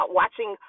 watching